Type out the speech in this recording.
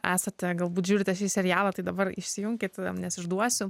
esate galbūt žiūrite šį serialą tai dabar išsijunkit nes išduosiu